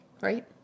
right